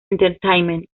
entertainment